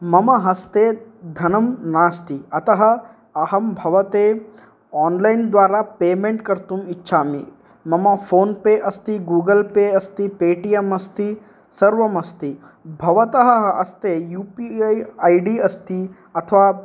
मम हस्ते धनं नास्ति अतः अहं भवते आन्लैन् द्वारा पेमेण्ट् कर्तुम् इच्छामि मम फ़ोन् पे अस्ति गूगल् पे अस्ति पे टि एम् अस्ति सर्वमस्ति भवतः हस्ते U P I I D अस्ति अथवा